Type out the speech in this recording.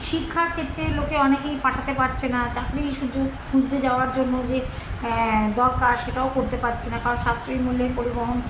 শিক্ষার ক্ষেত্রে লোকে অনেকেই পাঠাতে পারছে না চাকরির সুযোগ খুঁজতে যাওয়ার জন্য যে দরকার সেটাও করতে পারছে না কারণ সাশ্রয়ী মূল্যের পরিবহন